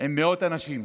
עם מאות אנשים,